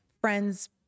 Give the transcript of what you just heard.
friends